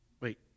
wait